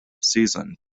season